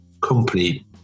company